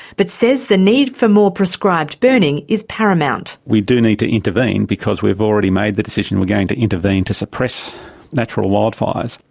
but says the need for more prescribed burning is paramount. we do need to intervene, because we've already made the decision we're going to intervene to suppress natural wildfires.